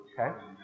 Okay